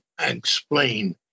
explain